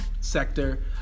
sector